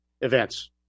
events